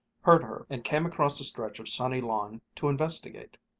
heard her and came across the stretch of sunny lawn to investigate.